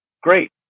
Great